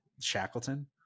Shackleton